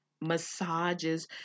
massages